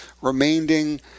remaining